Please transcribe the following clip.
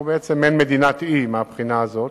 אנחנו בעצם מעין מדינת אי מהבחינה הזאת.